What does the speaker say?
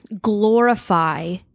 glorify